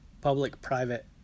public-private